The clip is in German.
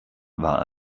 war